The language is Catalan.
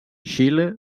xile